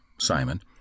Simon